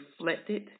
reflected